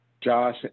Josh